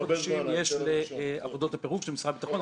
ארבעה חודשים יש לעבודות הפירוק של משרד הביטחון,